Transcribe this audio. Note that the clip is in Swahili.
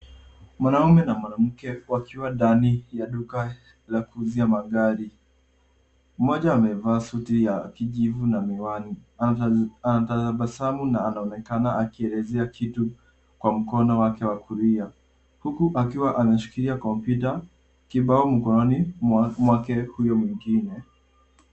Mwanaume na mwanamke wakiwa ndani ya duka la kuuzia magari. Mmoja amevaa suti ya kijivu na miwani anatabasamu na anaonekana akielezea kitu kwa mkono wake wa kulia huku akiwa anashikilia komputa kibao mkononi mwake huyo mwingine.